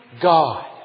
God